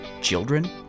children